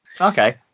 Okay